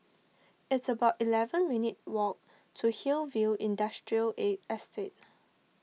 it's about eleven minutes' walk to Hillview Industrial Estate